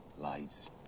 Lights